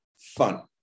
fun